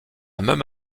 même